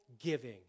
giving